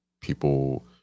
people